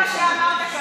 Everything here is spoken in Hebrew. זה מה שאמרת כרגע.